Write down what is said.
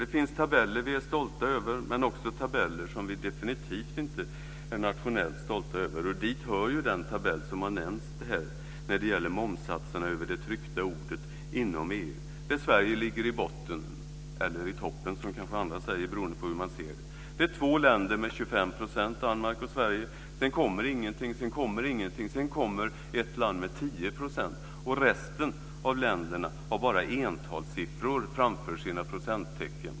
Det finns tabeller vi är stolta över, men också tabeller som vi definitivt inte är nationellt stolta över. Dit hör den tabell som har nämnts när det gäller momssatserna på det tryckta ordet inom EU, där Sverige ligger i botten, eller toppen som kanske andra säger, beroende på hur man ser det. Det är två länder som har 25 %, Danmark och Sverige. Sedan kommer ingenting, sedan kommer ingenting och sedan kommer ett land med 10 %. Resten av länderna har bara entalssiffror framför sina procenttecken.